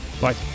Bye